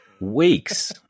weeks